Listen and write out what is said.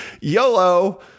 YOLO